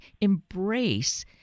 embrace